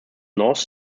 north